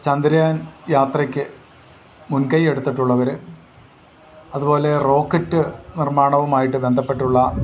ചന്ദ്രയാൻ യാത്രയ്ക്ക് മുൻകൈെ എടുത്തിട്ടുള്ളവർ അതുപോലെ റോക്കറ്റ് നിർമ്മാണവുമായിട്ട് ബന്ധപ്പെട്ടുള്ള